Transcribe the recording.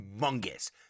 humongous